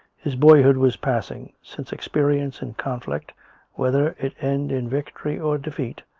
his boyhood was passing, since experience and conflict whether it end in victory or defeat,